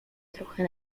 trochę